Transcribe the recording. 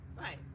Right